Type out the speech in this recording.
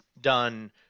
done